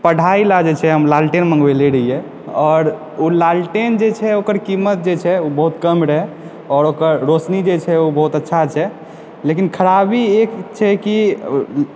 पढ़ाइलऽ जे छै हम लालटेन मँगबेने रहियै आओर ओ लालटेन जे छै ओकर कीमत जे छै बहुत कम रहय आओर ओकर रोशनी जे छै बहुत अच्छा छै लेकिन खराबी एक छै कि